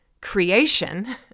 creation